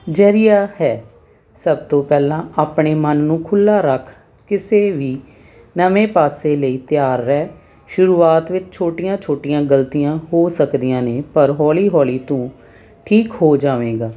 ਜ਼ਰੀਆ ਹੈ ਸਭ ਤੋਂ ਪਹਿਲਾਂ ਆਪਣੇ ਮਨ ਨੂੰ ਖੁੱਲਾ ਰੱਖ ਕਿਸੇ ਵੀ ਨਵੇਂ ਪਾਸੇ ਲਈ ਤਿਆਰ ਰਹਿ ਸ਼ੁਰੂਆਤ ਵਿੱਚ ਛੋਟੀਆਂ ਛੋਟੀਆਂ ਗਲਤੀਆਂ ਹੋ ਸਕਦੀਆਂ ਨੇ ਪਰ ਹੌਲੀ ਹੌਲੀ ਤੂੰ ਠੀਕ ਹੋ ਜਾਵੇਗਾ